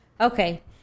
Okay